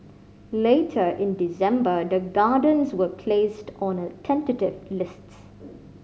later in December the Gardens was placed on a tentative list